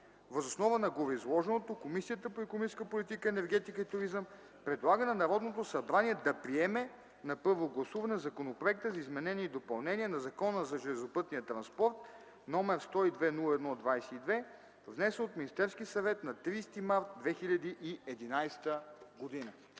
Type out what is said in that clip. Въз основа на гореизложеното Комисията по икономическата политика, енергетика и туризъм предлага на Народното събрание да приеме на първо гласуване Законопроект за изменение и допълнение на Закона за железопътния транспорт, № 102-01-22, внесен от Министерския съвет на 30.03.2011 г.”